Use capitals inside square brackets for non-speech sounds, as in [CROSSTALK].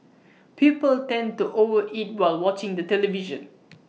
[NOISE] people tend to over eat while watching the television